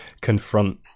confront